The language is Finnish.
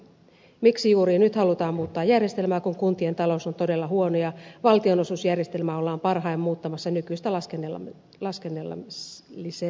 miksi juuri nyt halutaan muuttaa järjestelmää kun kuntien talous on todella huono ja valtionosuusjärjestelmää ollaan parhaillaan muuttamassa nykyistä laskennallisemmaksi